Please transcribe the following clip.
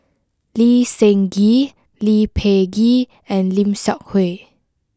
Lee Seng Gee Lee Peh Gee and Lim Seok Hui